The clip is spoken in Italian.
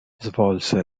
svolse